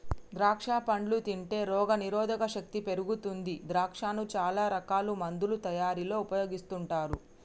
ద్రాక్షా పండ్లు తింటే రోగ నిరోధక శక్తి పెరుగుతుంది ద్రాక్షను చాల రకాల మందుల తయారీకి ఉపయోగిస్తుంటారు